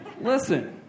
Listen